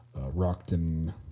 Rockton